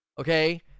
Okay